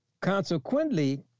Consequently